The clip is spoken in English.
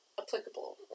applicable